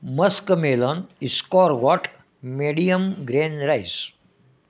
muskmelon is called what medium grain rice